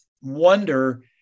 wonder